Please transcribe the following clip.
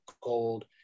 gold